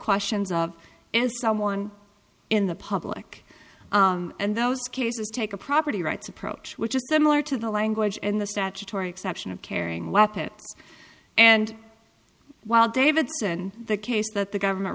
questions of and someone in the public and those cases take a property rights approach which is similar to the language and the statutory exception of carrying weapons and while davidson the case that the government